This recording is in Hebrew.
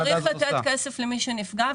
צריך לתת כסף למי שנפגע,